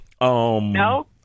No